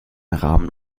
rahmen